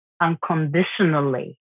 unconditionally